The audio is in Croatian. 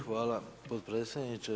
Hvala potpredsjedniče.